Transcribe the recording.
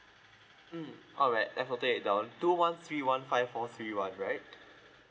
mm alright I've noted it down two one three one five four three one right